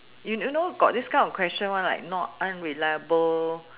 you you know got this kind of question one like not unreliable